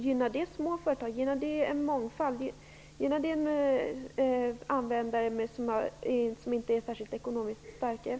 Gynnar detta små företag, mångfald och användare som inte är särskilt ekonomiskt starka?